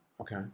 Okay